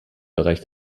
bereich